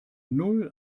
null